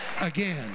again